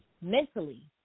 mentally